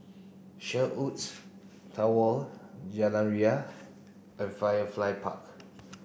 Sherwoods Tower Jalan Ria and Firefly Park